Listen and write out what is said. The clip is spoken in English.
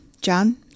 John